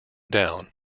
down